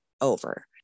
over